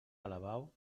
alabau